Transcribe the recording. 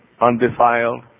Undefiled